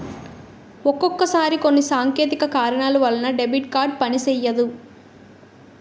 ఒక్కొక్కసారి కొన్ని సాంకేతిక కారణాల వలన డెబిట్ కార్డు పనిసెయ్యదు